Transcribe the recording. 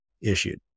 issued